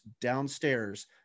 downstairs